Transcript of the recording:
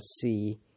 see